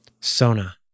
Sona